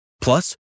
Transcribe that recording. Plus